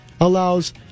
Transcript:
allows